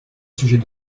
sujet